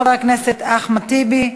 חבר הכנסת אחמד טיבי,